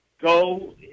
go